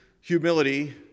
humility